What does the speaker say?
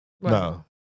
No